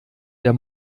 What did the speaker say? der